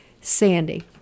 Sandy